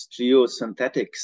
geosynthetics